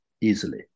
easily